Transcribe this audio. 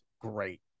great